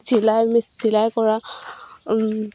চিলাই মে চিলাই কৰা